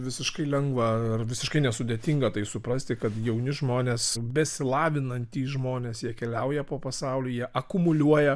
visiškai lengva ir visiškai nesudėtinga tai suprasti kad jauni žmonės besilavinantys žmonės jie keliauja po pasaulį jie akumuliuoja